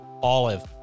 Olive